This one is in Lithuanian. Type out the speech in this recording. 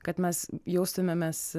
kad mes jaustumėmės